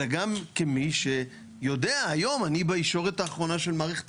אלא גם כמי שיודע היום אני בישורת האחרונה של מערכת